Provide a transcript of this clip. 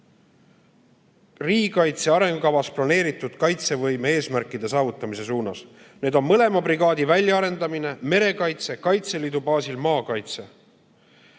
riigikaitse arengukavas planeeritud kaitsevõime eesmärkide saavutamise suunas. Need on mõlema brigaadi väljaarendamine, merekaitse ja Kaitseliidu baasil maakaitse.